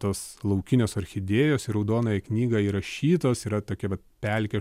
tos laukinės orchidėjos į raudonąją knygą įrašytos yra tokia vat pelkė